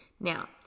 Now